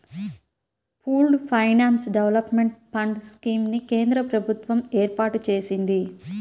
pooled finance development fund scheme ని కేంద్ర ప్రభుత్వం ఏర్పాటు చేసింది